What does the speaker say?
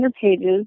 pages